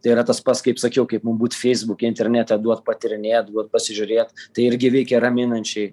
tai yra tas pats kaip sakiau kaip mum būt feisbuke internete duot patyrinėt duot pasižiūrėt tai irgi veikia raminančiai